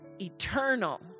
eternal